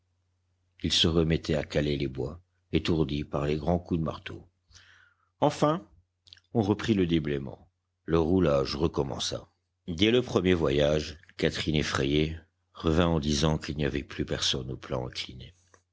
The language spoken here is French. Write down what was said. ils se remettaient à caler les bois étourdis par les grands coups de marteau enfin on reprit le déblaiement le roulage recommença dès le premier voyage catherine effrayée revint en disant qu'il n'y avait plus personne au plan incliné